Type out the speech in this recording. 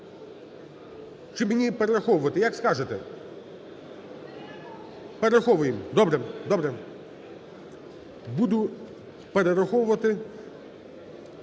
Чи мені перераховувати, як скажете? Перераховуємо, добре, добре. Буду перераховувати.